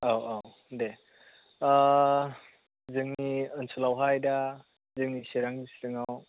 औ औ दे जोंनि ओनसोलावहाय दा जोंनि चिरां सिङाव